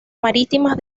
marítimas